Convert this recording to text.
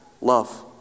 love